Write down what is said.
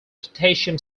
potassium